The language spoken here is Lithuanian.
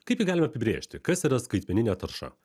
kaip jį galima apibrėžti kas yra skaitmeninė tarša